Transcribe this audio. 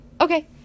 Okay